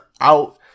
out